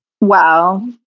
wow